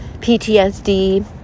ptsd